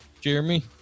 Jeremy